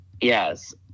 Yes